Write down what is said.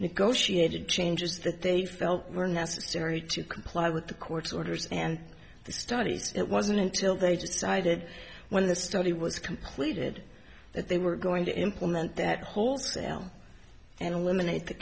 negotiated changes that they felt were necessary to comply with the court's orders and the studies it wasn't until they decided when the study was completed that they were going to implement that wholesale and eliminate the